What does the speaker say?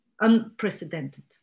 unprecedented